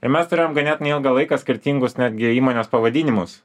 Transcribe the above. ir mes turėjom ganėtinai ilgą laiką skirtingus netgi įmonės pavadinimus